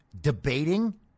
debating